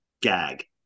gag